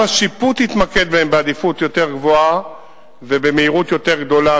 גם השיפוט יתמקד בהן בעדיפות יותר גבוהה ובמהירות יותר גדולה,